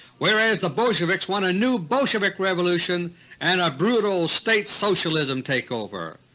whereas the bolsheviks want a new bolshevik revolution and a brutal state socialism take-over.